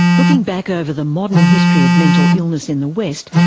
looking back over the modern history of mental illness in the west,